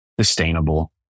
sustainable